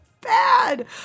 bad